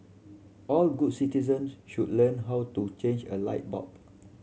all good citizens should learn how to change a light bulb